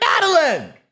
Madeline